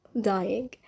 dying